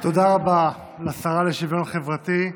רבה לשרה לשוויון חברתי,